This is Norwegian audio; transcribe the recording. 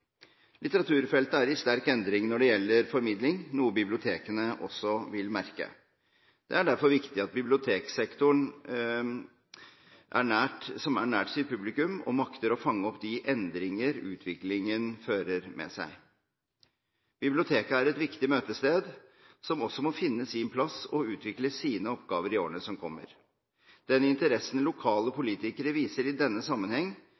Litteraturfeltet er i sterk endring når det gjelder formidling, noe bibliotekene også vil merke. Det er derfor viktig at bibliotekssektoren er nær sitt publikum, og makter å fange opp de endringer utviklingen fører med seg. Biblioteket er et viktig møtested, som også må finne sin plass og utvikle sine oppgaver i årene som kommer. Den interessen lokale politikere viser i denne sammenheng